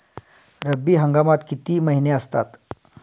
रब्बी हंगामात किती महिने असतात?